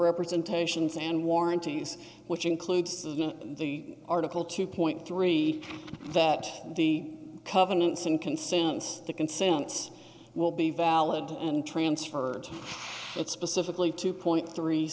representations and warranties which includes the article two point three that the covenants and consents to consents will be valid and transferred it specifically to point three